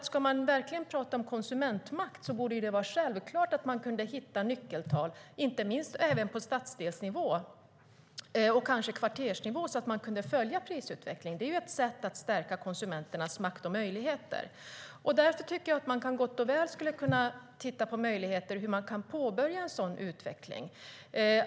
Ska man verkligen tala om konsumentmakt borde det vara självklart att man kunde hitta nyckeltal på stadsdelsnivå och kanske kvartersnivå, så att man kunde följa prisutvecklingen. Det är ett sätt att stärka konsumenternas makt och möjligheter. Jag tycker att man gott och väl skulle kunna se på möjligheter hur man kan påbörja en sådan utveckling.